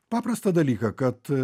paprastą dalyką kad